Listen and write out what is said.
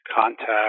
contact